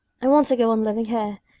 i want to go on living here.